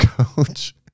coach